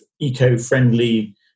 eco-friendly